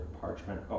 parchment